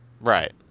Right